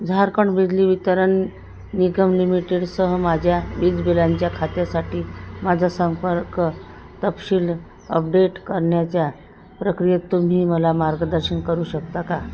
झारखंड बिजली वितरण निगम लिमिटेडसह माझ्या वीज बिलांच्या खात्यासाठी माझा संपर्क तपशील अपडेट करण्याच्या प्रक्रियेत तुम्ही मला मार्गदर्शन करू शकता का